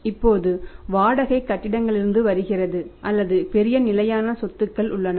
இப்போது வாடகை கட்டிடங்களிலிருந்து வருகிறது அல்லது பெரிய நிலையான சொத்துக்கள் உள்ளன